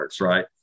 right